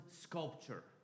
sculpture